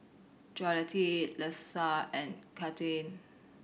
Jolette Lesa and Kathlyn